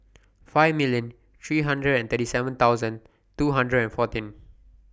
five million three hundred and thirty seven thousand two hundred and fourteen